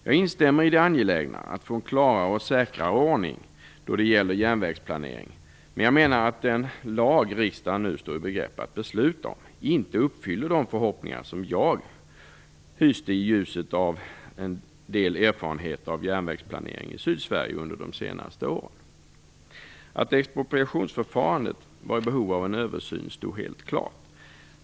Jag instämmer i det angelägna i att få en klarare och säkrare ordning då det gäller järnvägsplanering, men den lag som riksdagen nu står i begrepp att besluta om uppfyller inte de förhoppningar som jag hyste i ljuset av en del erfarenheter av järnvägsplanering i Sydsverige under de senaste åren. Att expropriationsförfarandet var i behov av en översyn stod helt klart.